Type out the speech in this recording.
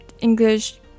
English